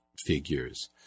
figures